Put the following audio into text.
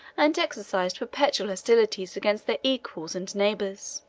and exercised perpetual hostilities against their equals and neighbors.